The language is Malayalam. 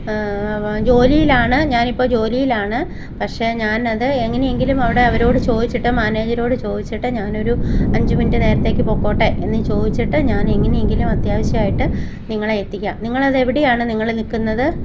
ജോലിയിലാണ് ഞാനിപ്പോൾ ജോലിയിലാണ് പക്ഷേ ഞാൻ അത് എങ്ങനെയെങ്കിലും അവിടെ അവരോട് ചോദിച്ചിട്ട് മാനേജറോട് ചോദിച്ചിട്ട് ഞാനൊരു അഞ്ച് മിനിട്ട് നേരത്തേക്ക് പൊക്കോട്ടെ എന്ന് ചോദിച്ചിട്ട് ഞാൻ എങ്ങനെയെങ്കിലും അത്യാവശ്യം ആയിട്ട് നിങ്ങളെ എത്തിക്കാം നിങ്ങൾ അത് എവിടെയാണ് നിങ്ങൾ നിൽക്കുന്നത്